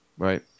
Right